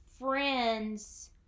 friend's